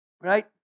right